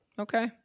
Okay